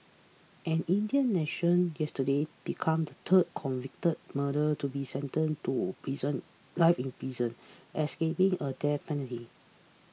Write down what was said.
an Indian national yesterday became the third convicted murderer to be sentenced to prison life in prison escaping a death penalty